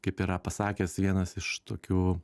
kaip yra pasakęs vienas iš tokių